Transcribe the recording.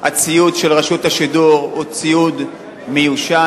הציוד של רשות השידור הוא ציוד מיושן,